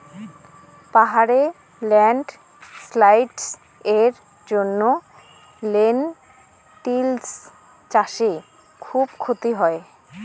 পাহাড়ে ল্যান্ডস্লাইডস্ এর জন্য লেনটিল্স চাষে খুব ক্ষতি হয়